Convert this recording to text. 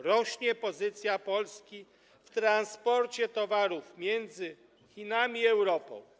Rośnie pozycja Polski w transporcie towarów między Chinami a Europą.